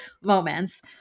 moments